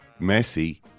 Messi